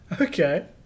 Okay